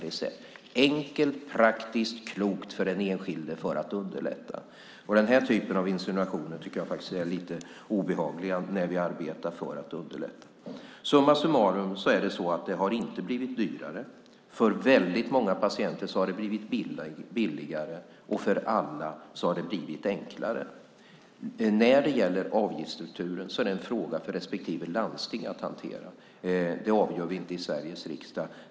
Det är enkelt, praktiskt och klokt för att underlätta för den enskilde. Den här typen av insinuationer tycker jag faktiskt är lite obehagliga när vi arbetar för att underlätta. Samma summarum är det så att det inte har blivit dyrare. För väldigt många patienter har det blivit billigare, och det har blivit enklare för alla. Avgiftsstrukturen är en fråga för respektive landsting att hantera. Det avgör vi inte i Sveriges riksdag.